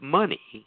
money